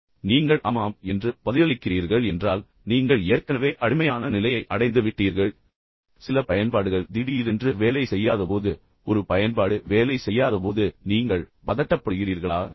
இன்னும் சில கேள்விகள் நீங்கள் ஆமாம் என்று பதிலளிக்கிறீர்கள் என்றால் நீங்கள் ஏற்கனவே அடிமையான நிலையை அடைந்துவிட்டீர்கள் சில பயன்பாடுகள் திடீரென்று வேலை செய்யாதபோது ஒரு பயன்பாடு வேலை செய்யாதபோது நீங்கள் பதட்டப்படுகிறீர்களா